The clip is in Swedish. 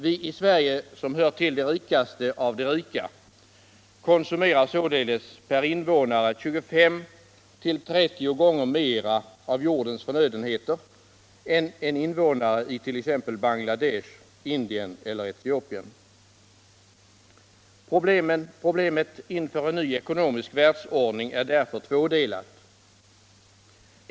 Vi i Sverige, som hör till de rikaste av de rika, konsumerar således per invånare 25-30 gånger mer av jordens förnödenheter än en invånare i t.ex. Bangladesh, Indien eller Etiopien. Problemet inför en ny ekonomisk världsordning är därför tvådelat.